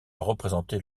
représenter